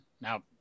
Now